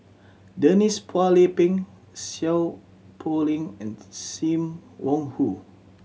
Denise Phua Lay Peng Seow Poh Leng and Sim Wong Hoo